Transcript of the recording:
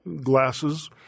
glasses